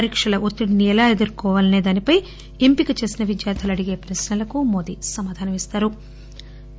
పరీక్షల ఒత్తిడిని ఎలా ఎదుర్కోవాలసే దానిపై ఎంపిక చేసిన విద్యార్దులు అడిగే ప్రశ్నలకు మోడీ సమాధానమిస్తారు